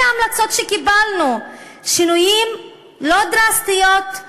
אלה ההמלצות שקיבלנו: שינויים לא דרסטיים,